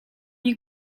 you